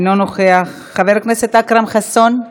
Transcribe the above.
אינו נוכח, חבר הכנסת אכרם חסון?